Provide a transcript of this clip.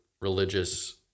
religious